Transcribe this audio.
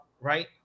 right